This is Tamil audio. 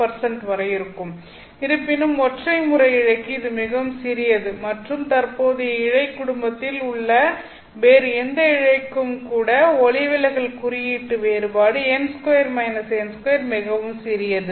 8 வரை இருக்கும் இருப்பினும் ஒற்றை முறை இழைக்கு இது மிகவும் சிறியது மற்றும் தற்போதைய இழை குடும்பத்தில் உள்ள வேறு எந்த இழைக்கும் கூட ஒளிவிலகல் குறியீட்டு வேறுபாடு n 2 - n 2 மிகவும் சிறியது